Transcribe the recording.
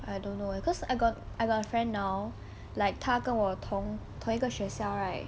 I don't know eh cause I got I got a friend now like 她跟我同同一个学校 right